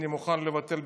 אני מוכן לבטל,